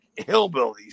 hillbillies